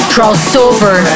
Crossover